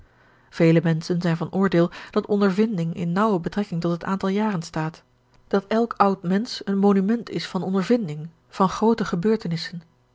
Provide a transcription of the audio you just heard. vele menschen zijn van oordeel dat ondervinding in naauwe betrekking tot het aantal jaren staat dat elk oud mensch een monument is van ondervinding van groote gebeurtenissen